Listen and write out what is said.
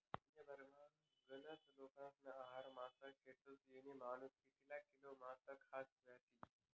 दुन्याभरमा गनज लोकेस्ना आहार मासा शेतस, येक मानूस कितला किलो मासा खास व्हयी?